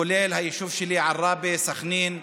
כולל היישוב שלי עראבה, סח'נין,